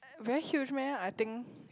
very huge meh I think